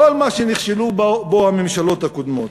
כל מה שנכשלו בו הממשלות הקודמות.